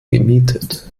gemietet